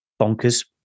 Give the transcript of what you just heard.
Bonkers